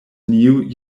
new